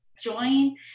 join